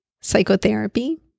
psychotherapy